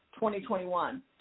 2021